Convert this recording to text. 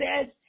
says